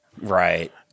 right